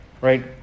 right